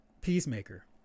Peacemaker